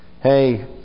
Hey